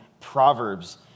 proverbs